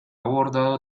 bordado